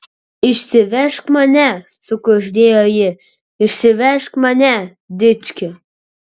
išsivežk mane sukuždėjo ji išsivežk mane dički